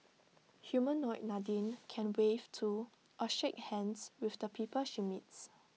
Humanoid Nadine can wave to or shake hands with the people she meets